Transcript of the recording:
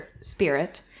spirit